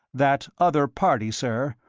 that other party, sir,